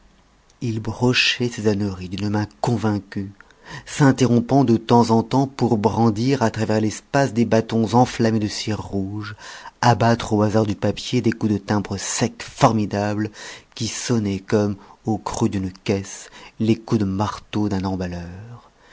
il brochait ces âneries d'une main convaincue s'interrompant de temps en temps pour brandir à travers l'espace des bâtons enflammés de cire rouge abattre au hasard du papier des coups de timbre sec formidables qui sonnaient comme au creux d'une caisse les coups de marteau d'un emballeur